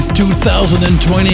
2020